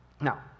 Now